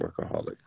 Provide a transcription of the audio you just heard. workaholic